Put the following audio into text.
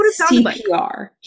CPR